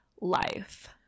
Life